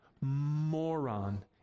moron